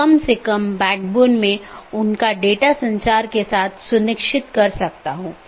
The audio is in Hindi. NLRI का उपयोग BGP द्वारा मार्गों के विज्ञापन के लिए किया जाता है